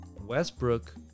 Westbrook